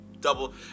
double